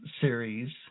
series